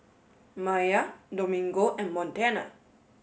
Maiya Domingo and Montana